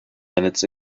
minutes